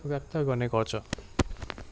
व्यक्त गर्ने गर्छ